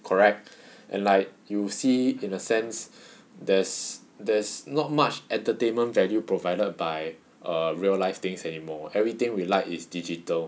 correct and like you see in a sense there's there's not much entertainment value provided by err real life things anymore everything we like is digital